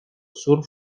sur